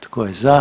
Tko je za?